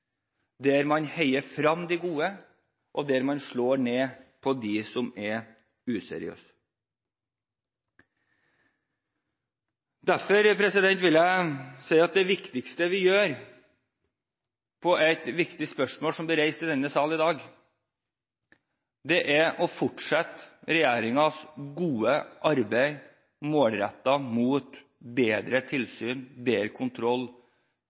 der man heier frem de gode, og der man slår ned på dem som er useriøse. Derfor vil jeg si at det viktigste vi gjør i det viktige spørsmålet som er blitt reist i denne sal i dag, er å fortsette regjeringens gode arbeid målrettet mot bedre tilsyn og bedre kontroll